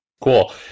Cool